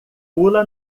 pula